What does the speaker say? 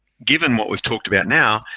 given what we've talked about now,